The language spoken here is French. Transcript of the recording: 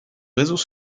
réseaux